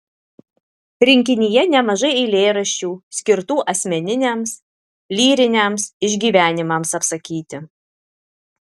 rinkinyje nemažai eilėraščių skirtų asmeniniams lyriniams išgyvenimams apsakyti